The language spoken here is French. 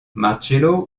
marcello